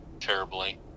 terribly